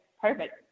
perfect